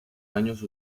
años